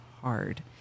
hard